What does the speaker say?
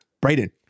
Braden